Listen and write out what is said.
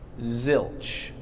Zilch